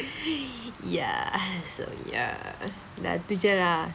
ya ah so ya dah itu jer lah